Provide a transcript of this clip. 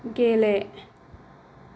गेले